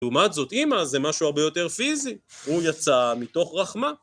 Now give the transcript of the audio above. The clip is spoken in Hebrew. לעומת זאת, אימא זה משהו הרבה יותר פיזי, הוא יצא מתוך רחמה.